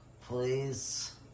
Please